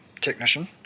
technician